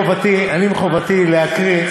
מחובתי להקריא,